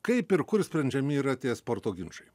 kaip ir kur sprendžiami yra tie sporto ginčai